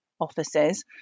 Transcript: offices